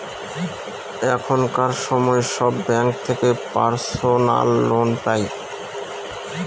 এখনকার সময় সব ব্যাঙ্ক থেকে পার্সোনাল লোন পাই